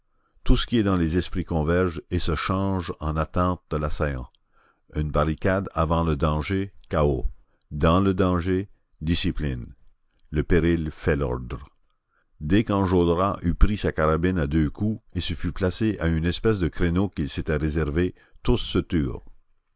tout ce qui est dans les esprits converge et se change en attente de l'assaillant une barricade avant le danger chaos dans le danger discipline le péril fait l'ordre dès qu'enjolras eut pris sa carabine à deux coups et se fut placé à une espèce de créneau qu'il s'était réservé tous